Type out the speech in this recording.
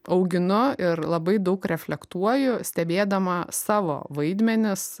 auginu ir labai daug reflektuoju stebėdama savo vaidmenis